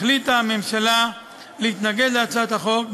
החליטה הממשלה להתנגד להצעת החוק,